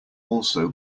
also